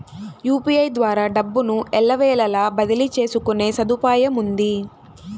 UPI ద్వారా డబ్బును ఎల్లవేళలా బదిలీ చేసుకునే సదుపాయముంది